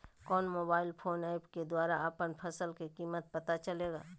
कौन mobile phone app के द्वारा अपन फसल के कीमत पता चलेगा?